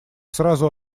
сразу